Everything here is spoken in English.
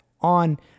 on